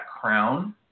crown